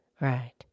Right